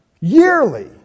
yearly